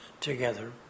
together